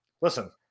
listen